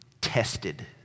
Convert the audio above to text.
tested